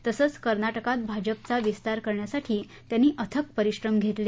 तसंच कर्नाटकात भाजपचा विस्तार करण्यासाठी त्यांनी अथक परिश्रम घेतले